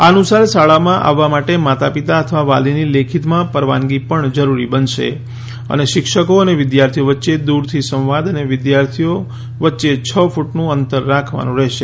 આ અનુસાર શાળામાં આવવા માટે માતા પિતા અથવા વાલીની લેખિતમાં પરવાનગી પણ જરૂરી બનશે અને શિક્ષકો અને વિદ્યાર્થીઓ વચ્ચે દૂરથી સંવાદ અને વિદ્યાર્થીઓ વચ્ચે છ ફૂટનું અંતર રાખવાનું રહેશે